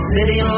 City